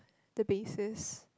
the basis